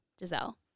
Giselle